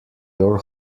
your